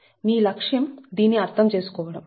మీ లక్ష్యం దీన్ని అర్థం చేసుకోవడం